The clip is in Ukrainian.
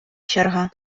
черга